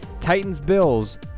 Titans-Bills